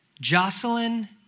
Jocelyn